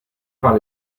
par